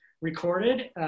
recorded